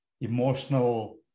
emotional